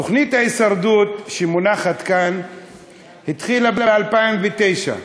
תוכנית ההישרדות שמונחת כאן התחילה ב-2009.